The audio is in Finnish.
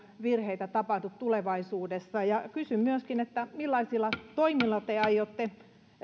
virheitä tapahdu tulevaisuudessa kysyn myöskin millaisilla toimilla te aiotte